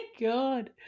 god